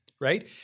right